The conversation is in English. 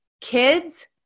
Kids